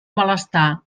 malestar